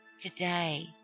today